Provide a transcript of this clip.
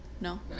No